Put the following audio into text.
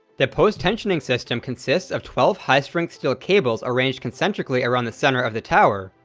the post-tensioning system consists of twelve high-strength steel cables arranged concentrically around the center of the tower,